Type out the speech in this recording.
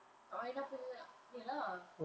kak malinah punya ni lah